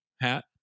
hat